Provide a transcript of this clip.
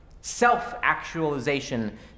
self-actualization